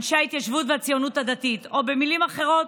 ההתיישבות והציונות הדתית, במילים אחרות,